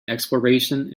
exploration